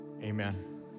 Amen